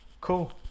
Cool